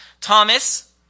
Thomas